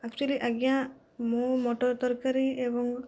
actually ଆଜ୍ଞା ମୁଁ ମଟର ତରକାରୀ ଏବଂ